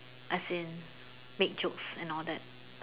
as in make jokes and all that